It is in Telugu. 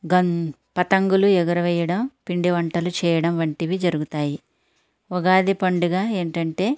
గం పతంగులు ఎగురవేయడం పిండివంటలు చేయడం వంటివి జరుగుతాయి ఉగాది పండుగ ఏంటంటే